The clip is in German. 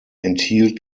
enthielt